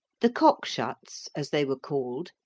the cock-shuts, as they were called,